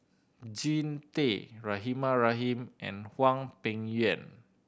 Jean Tay Rahimah Rahim and Hwang Peng Yuan